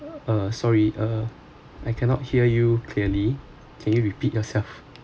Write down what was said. uh sorry uh I cannot hear you clearly can you repeat yourself